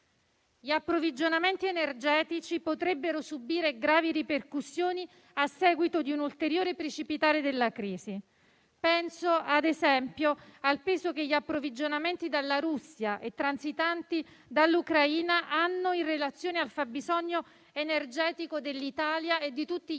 Gli approvvigionamenti energetici potrebbero subire gravi ripercussioni, a seguito di un ulteriore precipitare della crisi. Penso - ad esempio - al peso che gli approvvigionamenti dalla Russia e transitanti dall'Ucraina hanno in relazione al fabbisogno energetico dell'Italia e di tutti gli